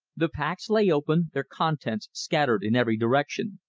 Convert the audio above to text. the packs lay open, their contents scattered in every direction.